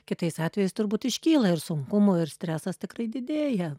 kitais atvejais turbūt iškyla ir sunkumų ir stresas tai didėja